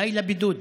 די לבידוד.